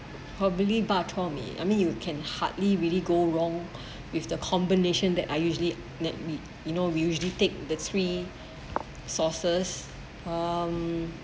probably bak-chor-mee I mean you can hardly really go wrong with the combination that I usually that we you know we usually take the three sauces um